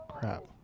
Crap